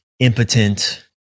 Impotent